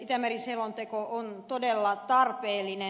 itämeri selonteko on todella tarpeellinen